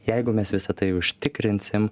jeigu mes visa tai užtikrinsim